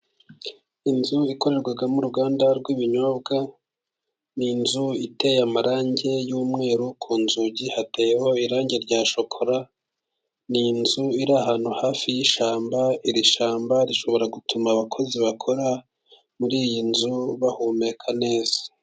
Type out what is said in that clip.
Inzu ikorerwamo uruganda rw'ibinyobwa, ni inzu iteye amarangi y'umweru ku nzugi hateyeho irangi rya shokora, ni inzu iri ahantu hafi y'ishyamba, iri shyamba rishobora gutuma abakozi bakora muri iyi nzu bahumeka neza.